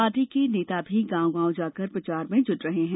party के ने नेता भी गाँव गाँव जाकर प्रचार में जुटे हैं